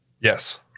Yes